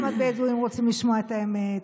גם הבדואים רוצים לשמוע את האמת,